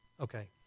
Okay